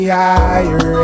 higher